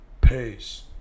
Peace